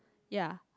ya